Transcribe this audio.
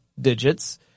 digits